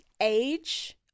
age